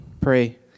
pray